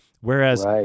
Whereas